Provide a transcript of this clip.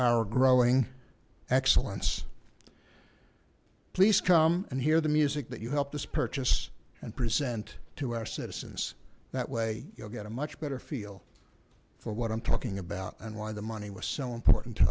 our growing excellence please come and hear the music that you helped us purchase and present to our citizens that way you'll get a much better feel for what i'm talking about and why the money was so important to